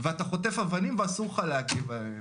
ואתה חוטף אבנים ואסור לך להגיב עליהם.